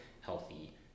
healthy